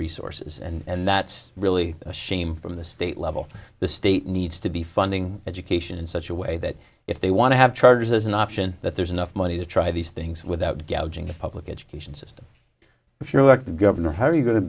resources and that's really a shame from the state level the state needs to be funding education in such a way that if they want to have charges as an option that there's enough money to try these things without getting the public education system if you're elected governor how are you going to